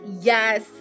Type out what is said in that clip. yes